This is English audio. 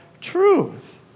truth